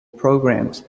programs